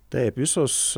taip visos